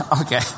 Okay